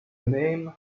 name